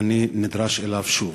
אני נדרש אליו שוב.